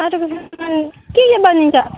माटोको सामान के के बनिन्छ